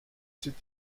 zieht